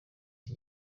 iki